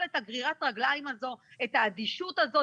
את גרירת הרגליים הזאת ואת האדישות הזאת.